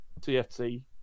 TFT